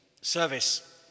service